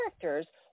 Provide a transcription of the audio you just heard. characters